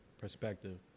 Perspective